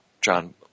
John